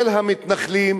של המתנחלים,